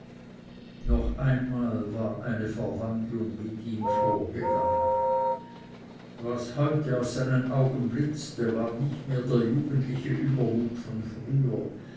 noch einmal war eine verwandlung mit ihm vorgegangen was heute aus seinen augen blitzte war nicht mehr der jugendliche übermut von früher